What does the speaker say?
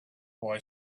boy